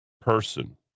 person